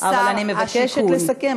אבל אני מבקשת לסכם.